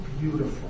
beautiful